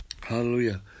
Hallelujah